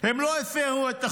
הם לא הפרו את החוק,